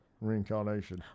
reincarnation